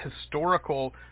historical